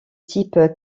type